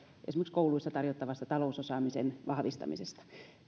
kouluissa tarjottavasta talousosaamisen vahvistamisesta